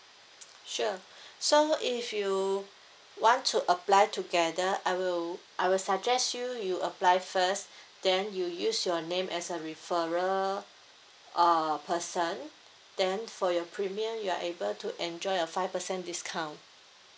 sure so if you want to apply together I will I will suggest you you apply first then you use your name as a referrer err person then for your premium you are able to enjoy a five percent discount